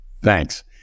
Thanks